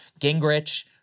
gingrich